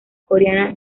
coreana